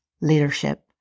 leadership